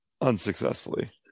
unsuccessfully